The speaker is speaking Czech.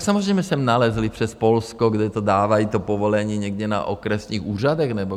Samozřejmě sem nalezli přes Polsko, kde to dávají, to povolení, někde na okresních úřadech nebo kde.